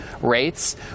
rates